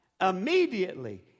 immediately